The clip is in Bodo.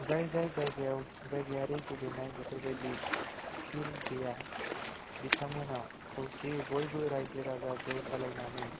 जाय जाय जायगायाव जायगायारि गेलेनाय बेफोरबायदि फिल्ड गैया बिथांमोनहा खौसेयै बयबो रायजो राजा ज' जालायनानै